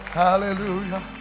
Hallelujah